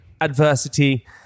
Adversity